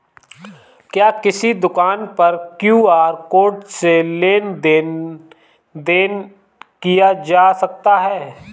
क्या किसी दुकान पर क्यू.आर कोड से लेन देन देन किया जा सकता है?